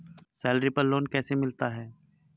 Salary पर loan कैसे मिलता है?